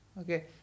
okay